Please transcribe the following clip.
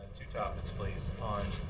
two topics, please. on